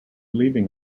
leaving